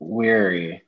weary